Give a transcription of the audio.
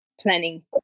planning